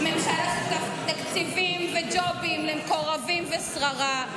תקציבים וג'ובים למקורבים ושררה.